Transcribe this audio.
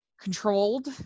controlled